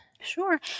Sure